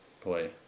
play